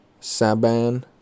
Saban